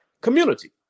community